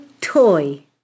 toy